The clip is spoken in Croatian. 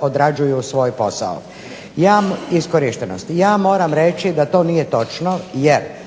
odrađuju svoj posao, iskorištenost. Ja moram reći da to nije točno jer